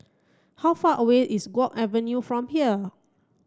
how far away is Guok Avenue from here